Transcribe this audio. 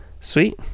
sweet